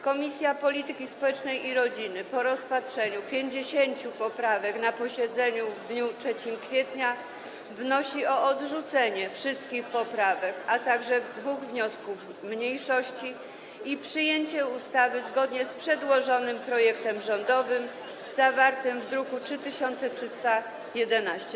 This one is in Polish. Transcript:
Komisja Polityki Społecznej i Rodziny po rozpatrzeniu 50 poprawek na posiedzeniu w dniu 3 kwietnia wnosi o odrzucenie wszystkich poprawek, a także dwóch wniosków mniejszości i przyjęcie ustawy zgodnie z przedłożonym projektem rządowym zawartym w druku nr 3311.